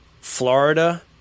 Florida